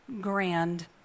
grand